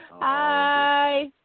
Hi